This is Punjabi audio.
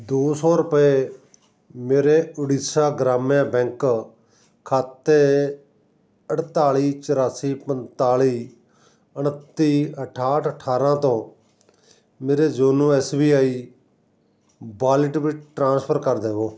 ਦੋ ਸੌ ਰੁਪਏ ਮੇਰੇ ਓਡੀਸ਼ਾ ਗ੍ਰਾਮਿਆ ਬੈਂਕ ਖਾਤੇ ਅਠਤਾਲੀ ਚੁਰਾਸੀ ਪੰਤਾਲੀ ਉਨੱਤੀ ਅਠਾਹਠ ਅਠਾਰਾਂ ਤੋਂ ਮੇਰੇ YONO S B I wallet ਵਿੱਚ ਟ੍ਰਾਂਸਫਰ ਕਰ ਦੇਵੋ